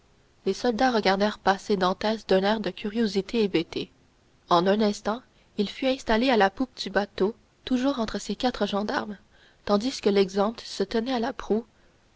les soldats regardèrent passer dantès d'un air de curiosité hébétée en un instant il fut installé à la poupe du bateau toujours entre ces quatre gendarmes tandis que l'exempt se tenait à la proue